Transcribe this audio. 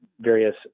various